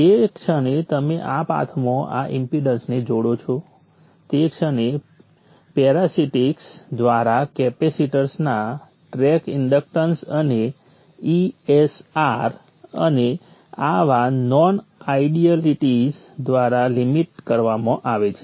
જે ક્ષણે તમે આ પાથમાં આ ઇમ્પેડન્સને જોડો છો તે ક્ષણે પેરાસિટિક્સ દ્વારા કેપેસિટર્સના ટ્રેક ઇંડક્ટન્સ અને ESR ઇએસઆર અને આવા નોન આઇડિયલિટીઝ દ્વારા લિમિટ કરવામાં આવે છે